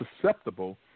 susceptible